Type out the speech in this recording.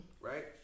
Right